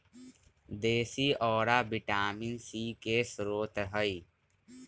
देशी औरा vitamin C के स्रोत हई